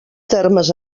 termes